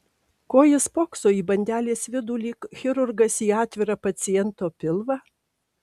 ko jis spokso į bandelės vidų lyg chirurgas į atvirą paciento pilvą